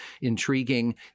intriguing